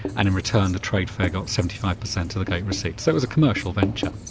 and in return the trade fair got seventy five per cent of the gate receipts. so it was a commercial venture.